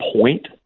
point